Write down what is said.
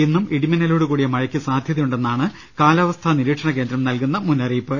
ഇന്നും ഇടിമിന്നലോടുകൂടി മഴയ്ക്ക് സാധ്യതയുണ്ടെന്നാണ് കാലാവസ്ഥാ നിരീക്ഷണ കേന്ദ്രം നൽകുന്ന മുന്നറിയിപ്പ്